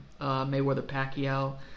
Mayweather-Pacquiao